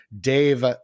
Dave